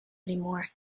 anymore